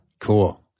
Cool